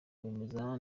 bameze